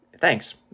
thanks